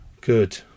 Good